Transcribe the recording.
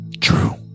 True